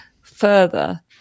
further